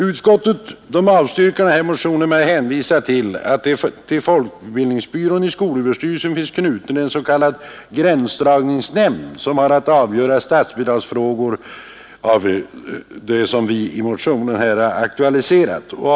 Utskottet har avstyrkt motionen och hänvisat till att till folkbildningsbyrån i skolöverstyrelsen finns knuten en s.k. gränsdragningsnämnd som har att avgöra statsbidragsfrågor i det avseende som vi i motionen har aktualiserat.